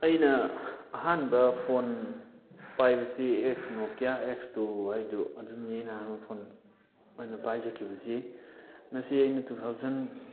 ꯑꯩꯅ ꯑꯍꯥꯟꯕ ꯐꯣꯟ ꯄꯥꯏꯕꯁꯤ ꯑꯦꯛꯁ ꯅꯣꯀꯤꯌꯥ ꯑꯦꯛꯁ ꯇꯨ ꯍꯥꯏꯗꯨ ꯑꯗꯨꯅꯤ ꯑꯩꯅ ꯑꯍꯥꯟꯕ ꯐꯣꯟ ꯑꯩꯅ ꯄꯥꯏꯖꯈꯤꯕꯁꯤ ꯃꯁꯤ ꯑꯩꯅ ꯇꯨ ꯊꯥꯎꯖꯟ